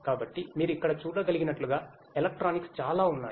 కాబట్టి మీరు ఇక్కడ చూడగలిగినట్లుగా ఎలక్ట్రానిక్స్ చాలా ఉన్నాయి